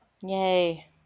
Yay